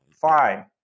fine